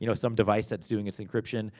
you know some device that's doing its encryption.